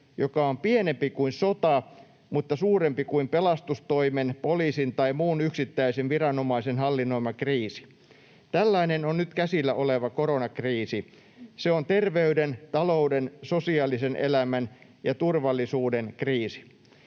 joka on pienempi kuin sota mutta suurempi kuin pelastustoimen, poliisin tai muun yksittäisen viranomaisen hallinnoima kriisi? Tällainen on nyt käsillä oleva koronakriisi. Se on terveyden, talouden, sosiaalisen elämän ja turvallisuuden kriisi.”